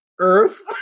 Earth